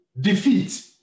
defeat